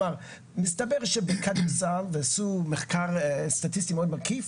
מסתבר שבכדורסל, ועשו מחקר סטטיסטי מאוד מקיף,